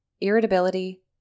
irritability